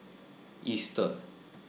Easter